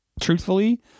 truthfully